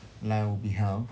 like would be health